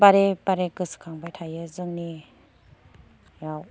बारे बारे गोसोखांबाय थायो जोंनियाव